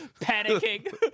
panicking